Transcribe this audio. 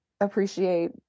appreciate